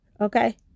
Okay